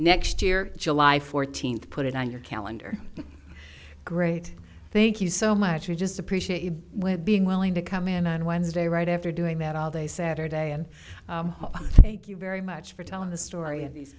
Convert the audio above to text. next year july fourteenth put it on your calendar great thank you so much we just appreciate you being willing to come in on wednesday right after doing that all day saturday and thank you very much for telling the story of these